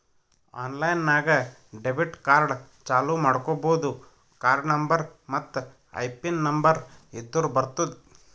online ನಾಗ್ debit card ಚಾಲೂ ಮಾಡ್ಕೋಬೋದು ಕಾರ್ಡ ನಂಬರ್ ಮತ್ತ್ ಐಪಿನ್ ನಂಬರ್ ಇದ್ದುರ್ ಬರ್ತುದ್